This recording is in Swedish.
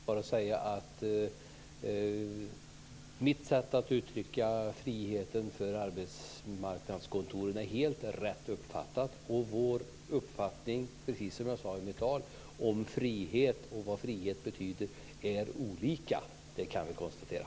Fru talman! En mycket kort replik. Jag vill bara säga att mitt sätt att uttrycka friheten för arbetsförmedlingskontoren är helt rätt uppfattat. Vi kan, precis som jag sade i mitt anförande, konstatera att våra uppfattningar om vad frihet betyder är olika.